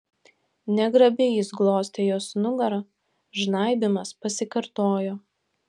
negrabiai jis glostė jos nugarą žnaibymas pasikartojo